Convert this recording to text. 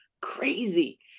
Crazy